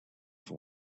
for